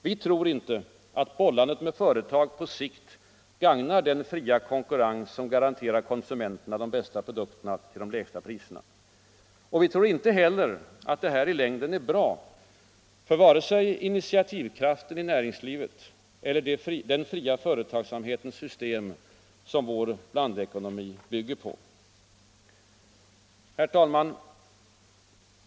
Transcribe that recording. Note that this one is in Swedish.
Vi tror inte att bollandet med företag på sikt gagnar den fria konkurrens som garanterar konsumenterna de bästa produkterna till de lägsta priserna. Och vi tror inte heller att detta i längden är bra vare sig för initiativkraften i näringslivet eller för den fria företagsamhetens system, som vår blandekonomi bygger på. Herr talman!